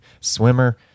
swimmer